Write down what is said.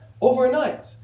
overnight